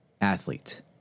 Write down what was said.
athlete